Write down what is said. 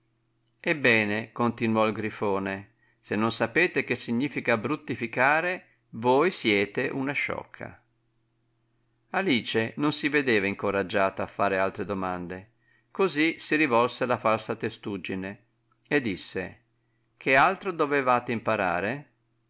ebbene continuò il grifone se non sapete che significa bruttificare voi siete una sciocca alice non si vedeva incoraggiata a fare altre domande così si rivolse alla falsa testuggine e disse che altro dovevate imparare